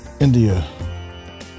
India